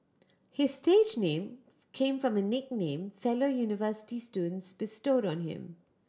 his stage name came from a nickname fellow university students bestowed on him